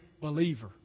believer